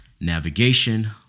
navigation